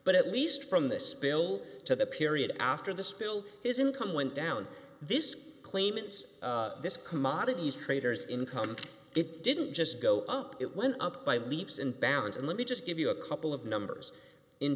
but at least from this spill to the period after the spill his income went down this claimants this commodities traders income and it didn't just go up it went up by leaps and bounds and let me just give you a couple of numbers in